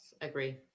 agree